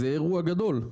זה יהיה אירוע גדול.